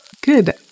Good